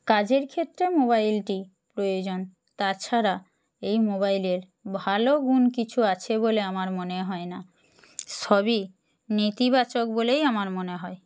কাজের ক্ষেত্রে মোবাইলটি প্রয়োজন তাছাড়া এই মোবাইলের ভালো গুণ কিছু আছে বলে আমার মনে হয় না সবই নেতিবাচক বলেই আমার মনে হয়